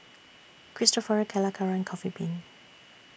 Cristofori Calacara Coffee Bean